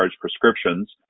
prescriptions